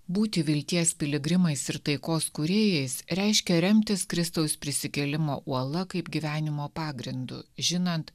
būti vilties piligrimais ir taikos kūrėjais reiškia remtis kristaus prisikėlimo uola kaip gyvenimo pagrindu žinant